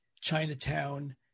Chinatown